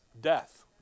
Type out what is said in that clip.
Death